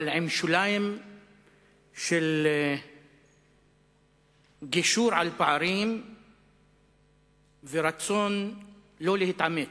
אבל עם שוליים של גישור על פערים ורצון לא להתעמת.